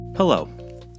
Hello